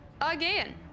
again